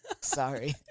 Sorry